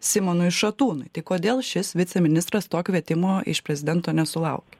simonui šatūnui tik kodėl šis viceministras to kvietimo iš prezidento nesulaukė